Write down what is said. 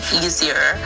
easier